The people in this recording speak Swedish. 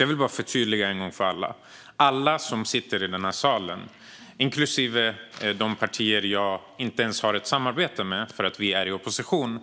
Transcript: Jag vill en gång för alla förtydliga att alla som sitter i salen, inklusive de partier vi inte har ett samarbete med eftersom Vänsterpartiet är i opposition,